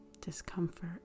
discomfort